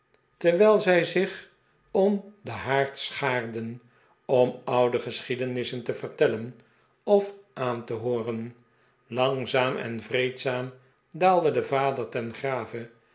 terwijl zij zich om den haard sehaarden om oude geschiedenissen te vertellen of aan te hooren langzaam en vreedzaam daalde de vader ten grave